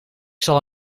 zal